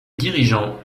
dirigeants